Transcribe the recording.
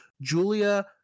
Julia